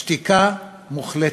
שתיקה מוחלטת,